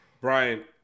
Brian